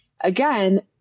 again